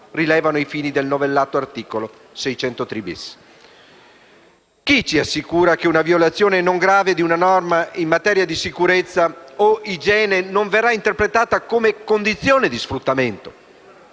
rilevino ai fini del novellato articolo 603-*bis*. Chi ci assicura che una violazione non grave di una norma in materia di sicurezza o igiene non verrà interpretata come condizione di sfruttamento?